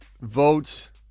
votes